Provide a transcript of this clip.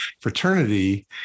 fraternity